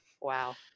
Wow